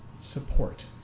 support